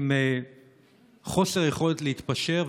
עם חוסר יכולת להתפשר,